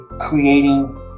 creating